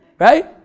Right